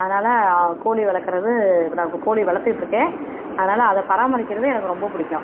அதனால் கோழி வளர்க்கறது இப்போ நான் இப்போ கோழி வளர்த்துட்ருக்கேன் அதனால அதை பராமரிக்கிறது எனக்கு ரொம்ப பிடிக்கும்